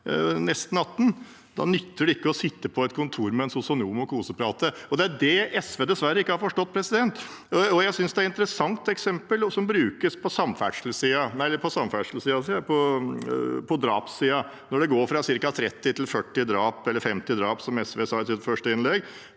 nesten 18. Da nytter det ikke å sitte på et kontor med en sosionom og koseprate. Det er det SV dessverre ikke har forstått. Et interessant eksempel som brukes på drapssiden: Det har gått fra 30–50 drap, som SV sa i sitt første innlegg,